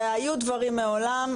והיו דברים מעולם,